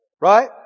Right